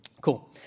Cool